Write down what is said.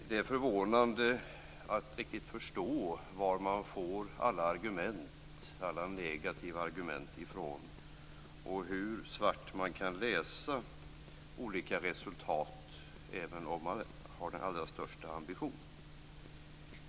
Det är förvånande, och svårt att riktigt förstå, var de får alla negativa argument ifrån och hur svart man kan läsa olika resultat, även om man har den allra största ambition.